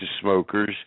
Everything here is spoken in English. smokers